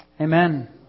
Amen